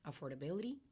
affordability